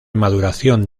maduración